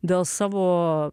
dėl savo